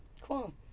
Cool